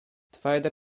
twarda